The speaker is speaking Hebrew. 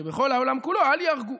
שבכל העולם כולו אל ייהרגו".